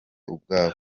ubwabo